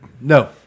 No